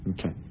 Okay